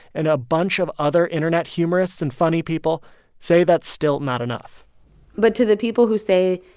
and a bunch of other internet humorists and funny people say that's still not enough but to the people who say,